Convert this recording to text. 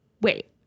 wait